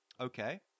Okay